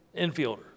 infielder